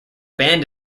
band